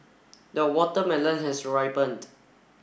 the watermelon has ripened